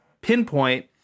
pinpoint